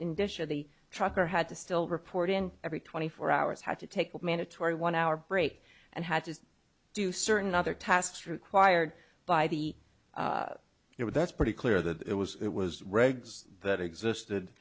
the trucker had to still report in every twenty four hours had to take a mandatory one hour break and had to do certain other tasks required by the you know that's pretty clear that it was it was regs that existed